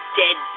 dead